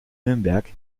nürnberg